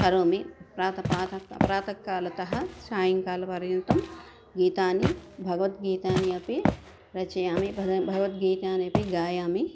करोमि प्रातः प्रातः प्रातःकालतः सायङ्कालपर्यन्तं गीतानि भगवद् गीतानि अपि रचयामि पद भगवद्गीतानि अपि गायामि